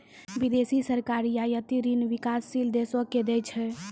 बिदेसी सरकार रियायती ऋण बिकासशील देसो के दै छै